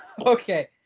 Okay